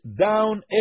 down